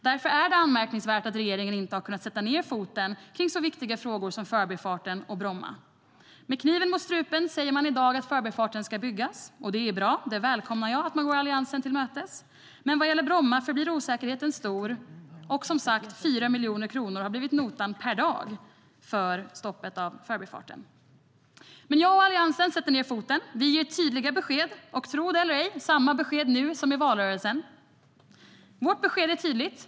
Därför är det anmärkningsvärt att regeringen inte har kunnat sätta ned foten kring så viktiga frågor som Förbifarten och Bromma. Med kniven mot strupen säger man i dag att Förbifarten ska byggas. Det är bra. Jag välkomnar att man går Alliansen till mötes. Men vad gäller Bromma förblir osäkerheten stor. Och, som sagt, notan för stoppet av Förbifarten har blivit 4 miljoner kronor per dag. Men jag och Alliansen sätter ned foten. Vi ger tydliga besked, och - tro det eller ej - det är samma besked nu som i valrörelsen. Vårt besked är tydligt.